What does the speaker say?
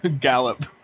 Gallop